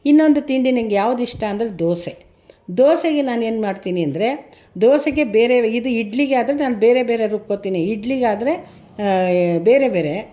ಇನ್ನೊಂದು ತಿಂಡಿ ನಂಗೆ ಯಾವುದಿಷ್ಟ ಅಂದರೆ ದೋಸೆ ದೋಸೆಗೆ ನಾನು ಏನ್ಮಾಡ್ತೀನಿ ಅಂದರೆ ದೋಸೆಗೆ ಬೇರೆ ಇದು ಇಡ್ಲಿಗೆ ಆದರೆ ನಾನು ಬೇರೆ ಬೇರೆ ರುಬ್ಕೊಳ್ತೀನಿ ಇಡ್ಲಿಗಾದರೆ ಬೇರೆ ಬೇರೆ